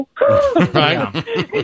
Right